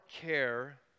care